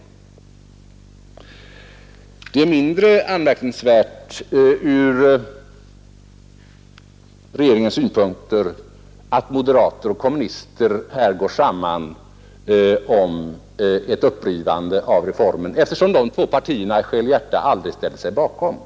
Det är mindre anmärkningsvärt från regeringens synpunkter att moderater och kommunister går samman om ett upprivande av reformen, eftersom dessa två partier i själ och hjärta aldrig ställt sig bakom den.